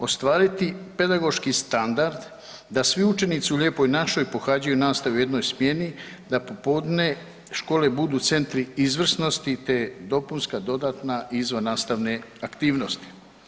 Ostvariti pedagoški standard da svi učenici u lijepoj našoj pohađaju nastavu u jednoj smjeni, da popodne škole budu centri izvrsnosti te dopunska, dodatna, izvannastavne aktivnosti.